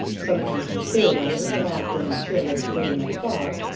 sometimes in clear weather, but often in cheerless rain and fog,